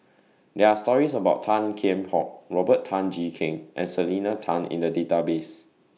There Are stories about Tan Kheam Hock Robert Tan Jee Keng and Selena Tan in The Database